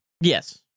yes